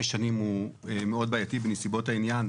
השנים הוא מאוד בעייתי בנסיבות העניין,